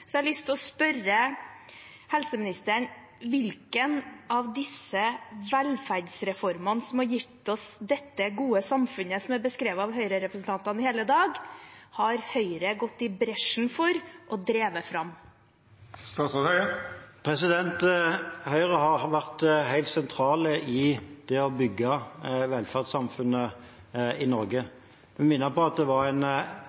Så jeg har lyst å stille helseministeren et spørsmål: Hvilke av velferdsreformene som har gitt oss dette gode samfunnet som har blitt beskrevet at Høyre-representantene i hele dag, har Høyre gått i bresjen for og drevet fram? Høyre har vært helt sentral i det å bygge velferdssamfunnet i Norge. Jeg må få minne om at det var en